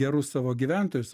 gerus savo gyventojus